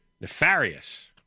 nefarious